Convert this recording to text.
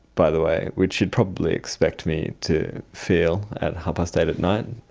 by the way, which you'd probably expect me to feel at half-past eight at night,